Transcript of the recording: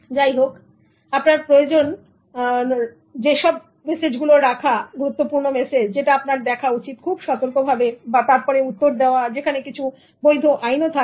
যাই হোক আপনার প্রয়োজন রাখা গুরুত্বপূর্ণ মেসেজ গুলোকে সুতরাং আপনার দেখা উচিত খুব সতর্কভাবে এবং তারপরে উত্তর দেওয়া এর কিছু বৈধ আইন থাকবে